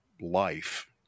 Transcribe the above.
life